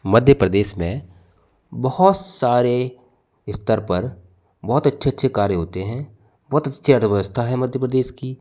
मध्य प्रदेश में बहुत सारे स्तर पर बहुत अच्छे अच्छे कार्य होते हैं बहुत अच्छी अर्थव्यवस्था है मध्य प्रदेश की